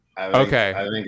Okay